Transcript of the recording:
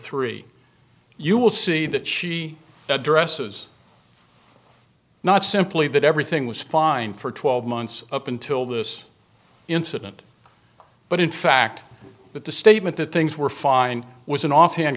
three you will see that she addresses not simply that everything was fine for twelve months up until this incident but in fact that the statement that things were fine was an offhand